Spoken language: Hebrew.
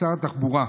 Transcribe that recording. שר התחבורה,